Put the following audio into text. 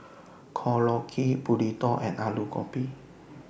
Korokke Burrito and Alu Gobi